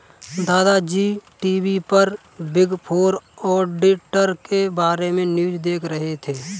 दादा जी टी.वी पर बिग फोर ऑडिटर के बारे में न्यूज़ देख रहे थे